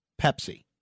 Pepsi